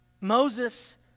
Moses